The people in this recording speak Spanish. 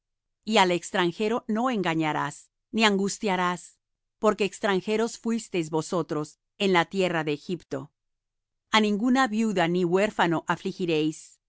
y al extranjero no engañarás ni angustiarás porque extranjeros fuisteis vosotros en la tierra de egipto a ninguna viuda ni huérfano afligiréis